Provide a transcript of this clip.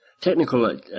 technical